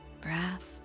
Breath